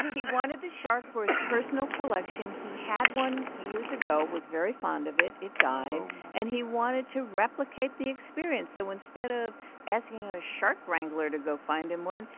he wanted the shark for his personal collection. he had one years ago, was very fond of it. it died and he wanted to replicate the experience. so instead of asking a shark wrangler to go find him one,